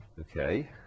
okay